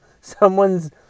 someone's